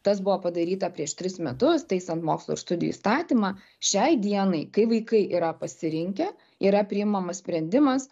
tas buvo padaryta prieš tris metus taisant mokslo ir studijų įstatymą šiai dienai kai vaikai yra pasirinkę yra priimamas sprendimas